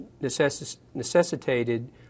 necessitated